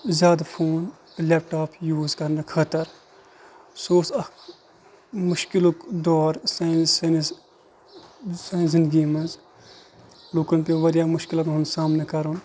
زیادٕ phone laptop use کرنہٕ خٲطر سُہ اوس اکھ مُشکِلُک دور سانِس سانس سانہِ زنٛدگی منٛز لُکن پیوو واریاہَن مُشکِلاتن ہُنٛد سامنہٕ کَرُن